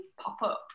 pop-ups